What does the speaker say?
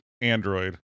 android